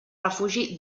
refugi